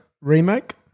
remake